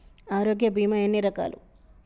ఆరోగ్య బీమా ఎన్ని రకాలు?